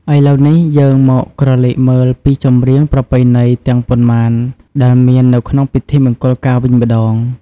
ឥឡូវនេះ យើងមកក្រឡេកមើលពីចម្រៀងប្រណៃណីទាំងប៉ុន្មានដែលមាននៅក្នុងពិធីមង្គលការវិញម្ដង។